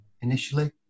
initially